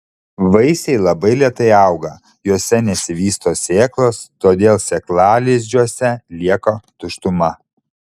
vaisiai labai lėtai auga juose nesivysto sėklos todėl sėklalizdžiuose lieka tuštuma